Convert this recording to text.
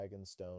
Dragonstone